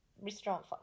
restaurant